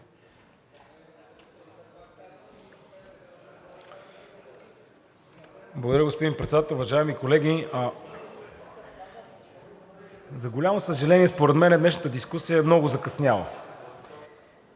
Благодаря, господин Председател. Уважаеми колеги, за голямо съжаление, според мен днешната дискусия е много закъсняла,